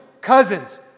cousins